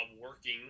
working